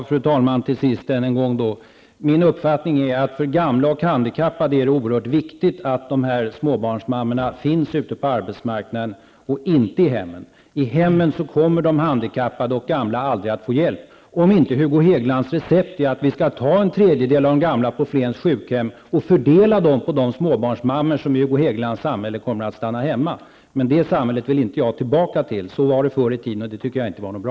Fru talman! Min uppfattning är att det för gamla och handikappade är oerhört viktigt att dessa småbarnsmammor finns ute på arbetsmarknaden och inte i hemmen. I hemmen kommer de handikappade och de gamla aldrig att få hjälp om inte Hugo Hegelands recept är att vi skall ta en tredjedel av de gamla på Flens sjukhem och fördela dem på de småbarnsmammor som i Hugo Hegelands samhälle kommer att stanna hemma. Det samhället vill emellertid inte jag tillbaka till. Så var det förr i tiden, och det tycker jag inte var bra.